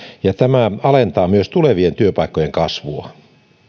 ja se alentaa myös tulevien työpaikkojen kasvua